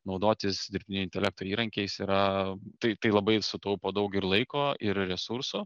naudotis dirbtinio intelekto įrankiais yra tai tai labai sutaupo daug ir laiko ir resursų